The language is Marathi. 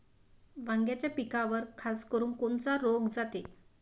वांग्याच्या पिकावर खासकरुन कोनचा रोग जाते?